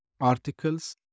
articles